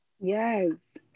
Yes